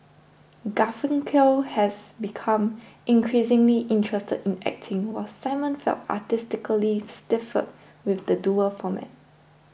Garfunkel had become increasingly interested in acting while Simon felt artistically stifled within the duo format